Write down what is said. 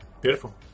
beautiful